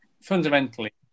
fundamentally